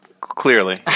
Clearly